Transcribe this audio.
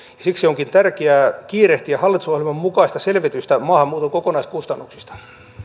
siksi onkin tärkeää kiirehtiä hallitusohjelman mukaista selvitystä maahanmuuton kokonaiskustannuksista